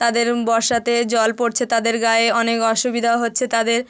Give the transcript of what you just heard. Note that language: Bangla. তাদের বর্ষাতে জল পড়ছে তাদের গায়ে অনেক অসুবিধা হচ্ছে তাদের